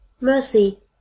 Mercy